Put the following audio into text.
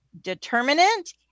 determinant